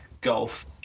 Golf